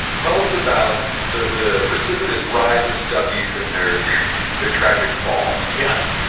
tell us about the the precipitous rise of stuckey's and their their tragic fall yes,